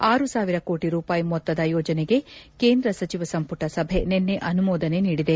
ಆರು ಸಾವಿರ ಕೋಟಿ ರೂಪಾಯಿ ಮೊತ್ತದ ಯೋಜನೆಗೆ ಕೇಂದ್ರ ಸಚಿವ ಸಂಮಟ ಸಭೆ ನಿನ್ನೆ ಅನುಮೋದನೆ ನೀಡಿದೆ